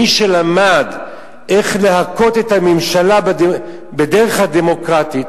מי שלמד איך להכות את הממשלה בדרך הדמוקרטית,